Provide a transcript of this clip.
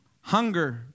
Hunger